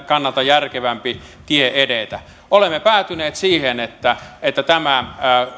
kannalta järkevämpi tie edetä olemme päätyneet siihen että että